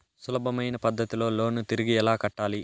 సులభమైన పద్ధతిలో లోను తిరిగి ఎలా కట్టాలి